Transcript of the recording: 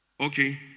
Okay